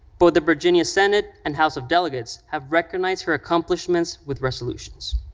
both the virginia senate and house of delegates have recognized her accomplishments with resolutions.